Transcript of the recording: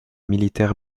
militaires